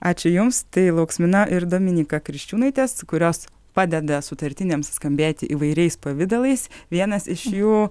ačiū jums tai lauksmina ir dominyka kriščiūnaitė kurios padeda sutartiniams skambėti įvairiais pavidalais vienas iš jų